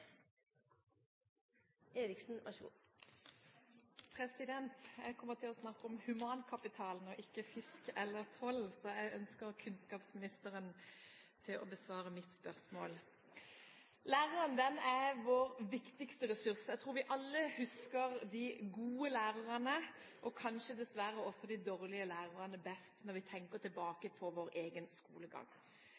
om fisk eller toll, så jeg ønsker at kunnskapsministeren skal besvare mitt spørsmål. Læreren er vår viktigste ressurs. Jeg tror vi alle husker de gode lærerne – og kanskje dessverre også de dårlige – best når vi tenker tilbake